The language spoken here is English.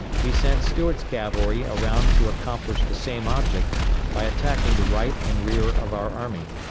he sent stuart's cavalry around to accomplish the same object by attacking the right and rear of our army.